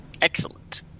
excellent